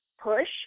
push